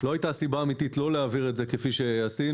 לא הייתה סיבה אמיתית לא להעביר את זה כפי שעשינו.